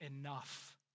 enough